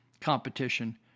competition